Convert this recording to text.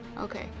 Okay